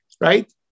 right